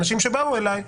אנשים שבאו אליי,